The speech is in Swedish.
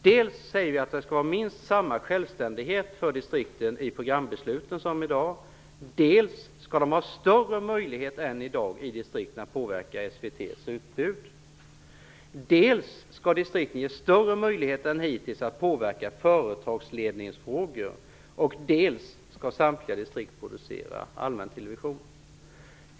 Vi säger: "dels att distrikten skall ha minst samma självständighet i programbesluten som i dag, dels att distrikten skall ha större möjlighet än i dag att påverka SVT:s utbud ---, dels att distrikten skall ges större möjligheter än hittills att påverka företagsledningsfrågor, dels att samtliga distrikt skall producera allmäntelevision".